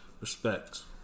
Respect